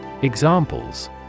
Examples